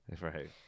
Right